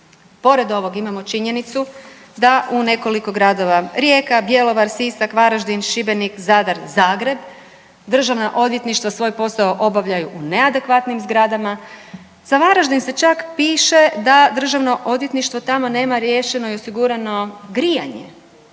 Pored ovog imamo činjenicu da u nekoliko gradova Rijeka, Bjelovar, Sisak, Varaždin, Šibenik, Zadar, Zagreb državna odvjetništva svoj posao obavljaju u neadekvatnim zgradama. Za Varaždin se čak piše da Državno odvjetništvo tamo nema riješeno i osigurano grijanje,